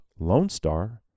LoneStar